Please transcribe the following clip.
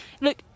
look